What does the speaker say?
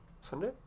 Sunday